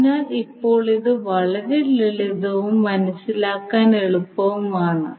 അതിനാൽ ഇപ്പോൾ ഇത് വളരെ ലളിതവും മനസ്സിലാക്കാൻ എളുപ്പവുമാണ്